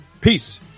Peace